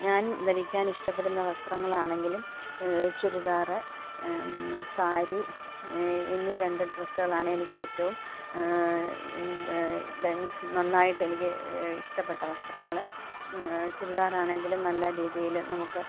ഞാൻ ധരിക്കാൻ ഇഷ്ടപ്പെടുന്ന വസ്ത്രങ്ങൾ ആണെങ്കിലും ചുരിദാർ സാരി എന്നീ രണ്ട് ഡ്രസ്സുകൾ ആണ് എനിക്ക് ഏറ്റവും നന്നായിട്ട് എനിക്ക് ഇഷ്ടപ്പെട്ട വസ്ത്രങ്ങള് ചുരിദാർ ആണെങ്കിലും നല്ല രീതിയില് നമുക്ക്